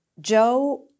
Joe